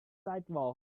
sidewalk